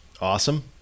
awesome